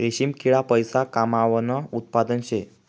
रेशीम किडा पैसा कमावानं उत्पादन शे